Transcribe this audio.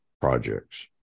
projects